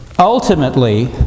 Ultimately